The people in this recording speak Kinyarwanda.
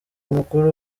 mukuru